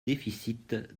déficits